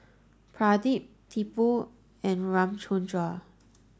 Pradip Tipu and Ramchundra